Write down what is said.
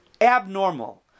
abnormal